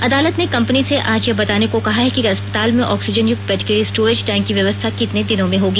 अदालत ने कंपनी से आज यह बताने को कहा है कि अस्पताल में ऑक्सीजनयुक्त बेड के लिए स्टोरेज टैंक की व्यवस्था कितने दिनों में होगी